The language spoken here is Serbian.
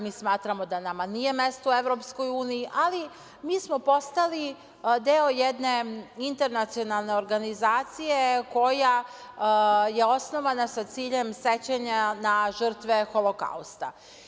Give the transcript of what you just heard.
Mi smatramo da nama nije mesto u EU, ali mi smo postali deo jedne internacionalne organizacije koja je osnovana sa ciljem sećanja na žrtve Holokausta.